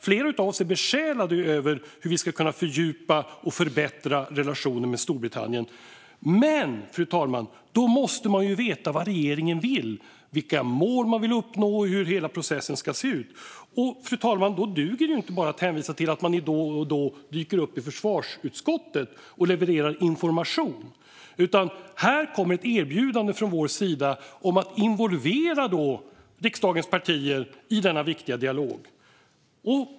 Flera av oss är besjälade av hur vi ska kunna fördjupa och förbättra relationen med Storbritannien. Men då måste man veta vad regeringen vill: vilka mål man vill uppnå och hur hela processen ska se ut. Då duger det inte, fru talman, att bara hänvisa till att man då och då dyker upp i försvarsutskottet och levererar information. Här kommer ett erbjudande från vår sida om att involvera riksdagens partier i denna viktiga dialog.